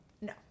No